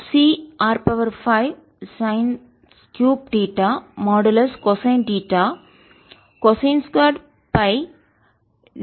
Cr 5 sine 3 theta modulus cosine theta cosine 2 Φ drdθdФ